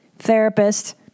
therapist